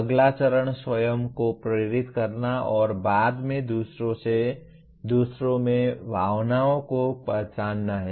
अगला चरण स्वयं को प्रेरित करना और बाद में दूसरों में भावनाओं को पहचानना है